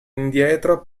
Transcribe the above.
indietro